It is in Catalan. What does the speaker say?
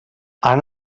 han